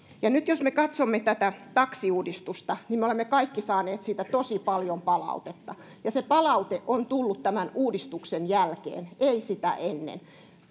ja nyt jos me katsomme tätä taksiuudistusta niin me olemme kaikki saaneet siitä tosi paljon palautetta ja se palaute on tullut tämän uudistuksen jälkeen ei sitä ennen